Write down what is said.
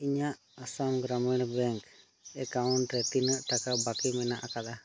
ᱤᱧᱟᱹᱜ Assam Gramin bank account ᱨᱮ ᱛᱤᱱᱟᱹᱜ ᱴᱟᱠᱟ ᱵᱟᱹᱠᱤ ᱢᱮᱱᱟᱜ ᱟᱠᱟᱫᱟ